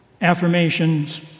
affirmations